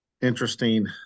interesting